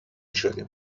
شدیم